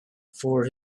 for